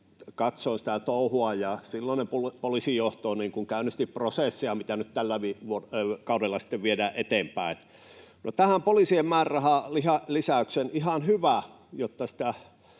katsoin sitä touhua, ja silloinen poliisijohto käynnisti prosessia, mitä nyt tällä kaudella sitten viedä eteenpäin. No tähän poliisien määrärahalisäykseen: On ihan hyvä,